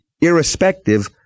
irrespective